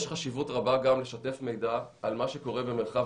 יש חשיבות רבה גם לשתף מידע על מה שקורה במרחב